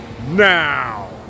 Now